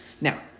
Now